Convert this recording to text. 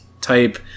type